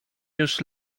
już